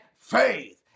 faith